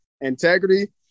Integrity